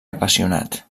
apassionat